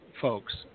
folks